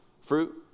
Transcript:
fruit